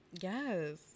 Yes